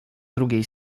drugiej